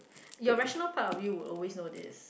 your rational part of you would always know this